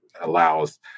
allows